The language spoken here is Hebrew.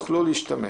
הן יוכלו להשתמש.